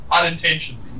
unintentionally